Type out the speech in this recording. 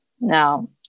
Now